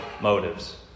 motives